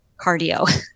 cardio